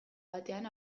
batean